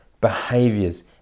behaviors